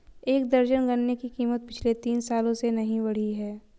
एक दर्जन गन्ने की कीमत पिछले तीन सालों से नही बढ़ी है